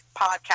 podcast